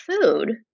food